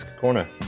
Corner